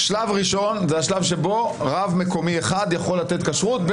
בשלב הראשון רב מקומי אחד יכול לתת כשרות,